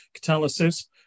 catalysis